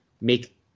make